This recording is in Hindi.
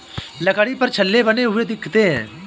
लकड़ी पर छल्ले बने हुए दिखते हैं